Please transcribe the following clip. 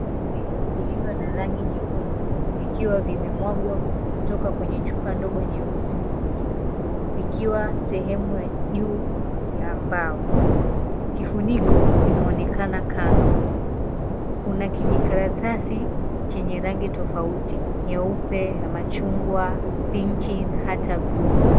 Vidonge vilivyo na rangi nyekundu vikiwa vimemwagwa kutoka kwenye chupa ndogo nyeusi, vikiwa sehemu ya juu ya mbao, kifuniko kinaonekana kando. Kuna kijikaratasi chenye rangi tofauti nyeupe na ya machungwa, pink na hata buluu.